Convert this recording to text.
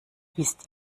wisst